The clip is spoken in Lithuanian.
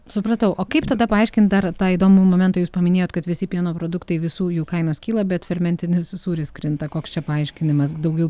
supratau o kaip tada paaiškint ar tai įdomų momentą jūs paminėjot kad visi pieno produktai visų jų kainos kyla bet fermentinis sūris krinta koks čia paaiškinimas daugiau